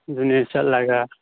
ꯑꯗꯨꯅꯦ ꯆꯠꯂꯒ